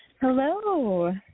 Hello